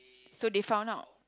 so they found out